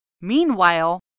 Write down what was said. Meanwhile